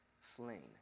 slain